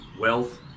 wealth